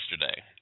yesterday